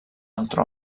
altre